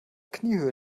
kniehöhe